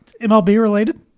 MLB-related